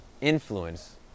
influence